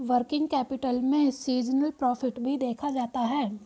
working capital में seasonal profit भी देखा जाता है